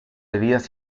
heridas